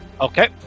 Okay